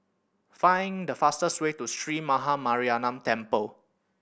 find the fastest way to Sree Maha Mariamman Temple